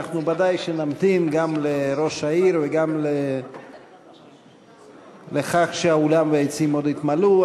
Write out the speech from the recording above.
אנחנו ודאי נמתין גם לראש העיר וגם לכך שהאולם והיציעים עוד יתמלאו.